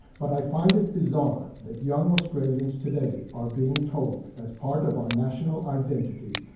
but i find it bizarre that young australians today are being told, as part of our national identity,